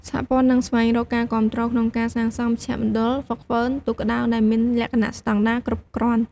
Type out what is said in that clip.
សហព័ន្ធនឹងស្វែងរកការគាំទ្រក្នុងការសាងសង់មជ្ឈមណ្ឌលហ្វឹកហ្វឺនទូកក្ដោងដែលមានលក្ខណៈស្តង់ដារគ្រប់់គ្រាន់។